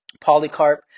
Polycarp